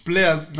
Players